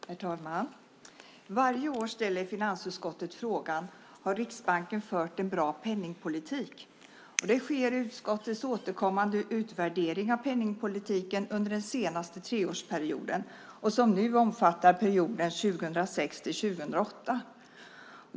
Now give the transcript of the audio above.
Herr talman! Varje år ställer finansutskottet frågan: Har Riksbanken fört en bra penningpolitik? Detta sker i utskottets återkommande utvärdering av penningpolitiken under den senaste treårsperioden, som nu omfattar perioden 2006-2008.